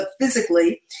physically